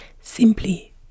Simply